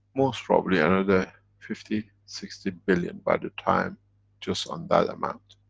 most probably another fifty, sixty billion, by the time just on that amount.